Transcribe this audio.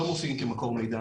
לא מופיעים כמקור מידע,